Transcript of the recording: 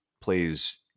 plays